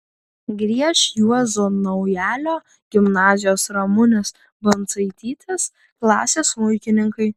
grieš juozo naujalio gimnazijos ramunės bandzaitytės klasės smuikininkai